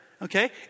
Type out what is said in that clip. Okay